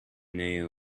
kneel